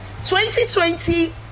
2020